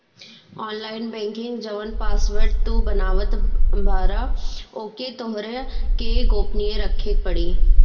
online banking जवन password तू बनावत बारअ ओके तोहरा के गोपनीय रखे पे पड़ी